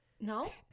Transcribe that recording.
No